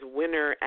winner